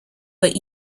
but